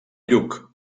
lluc